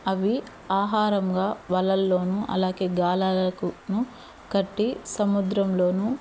అవి ఆహారంగా వలల్లోనూ అలాగే గాలాలకును కట్టి సముద్రంలోనూ